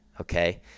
okay